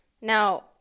Now